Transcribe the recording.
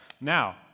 Now